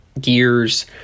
gears